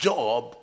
Job